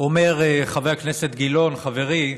אומר חבר הכנסת גילאון, חברי,